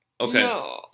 Okay